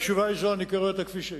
התשובה היא זו, אני קורא אותה כפי שהיא.